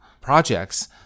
projects